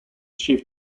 chief